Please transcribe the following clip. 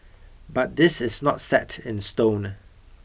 but this is not set in stone